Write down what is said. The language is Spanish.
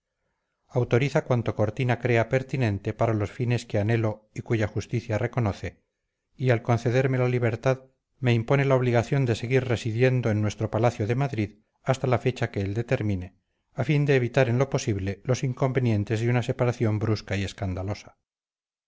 autoriza cuanto cortina crea pertinente para los fines que anhelo y cuya justicia reconoce y al concederme la libertad me impone la obligación de seguir residiendo en nuestro palacio de madrid hasta la fecha que él determine a fin de evitar en lo posible los inconvenientes de una separación brusca y escandalosa